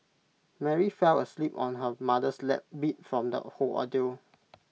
Mary fell asleep on her mother's lap beat from the whole ordeal